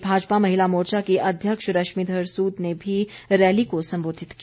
प्रदेश भाजपा महिला मोर्चा की अध्यक्ष रश्मिधर सूद ने भी रैली को संबोधित किया